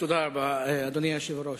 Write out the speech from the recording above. אדוני היושב-ראש,